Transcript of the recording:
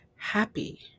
happy